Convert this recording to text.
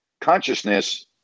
consciousness